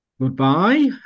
Goodbye